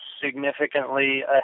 significantly